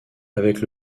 avec